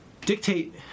dictate